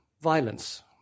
violence